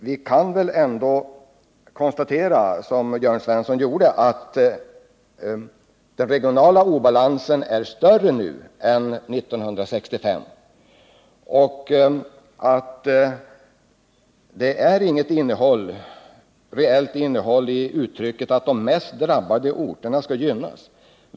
Vi kan väl ändå konstatera, som Jörn Svensson gjorde, att den regionala obalansen är större nu än 1965 och att det inte finns något reellt innehåll i talet om att de mest drabbade orterna skall gynnas.